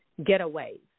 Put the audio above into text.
getaways